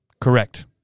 Correct